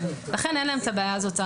לכן אין להם את הבעיה הזאת.